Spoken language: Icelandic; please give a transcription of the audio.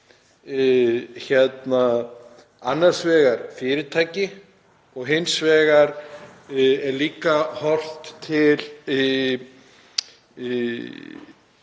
við annars vegar fyrirtæki og hins vegar er líka horft til